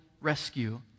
rescue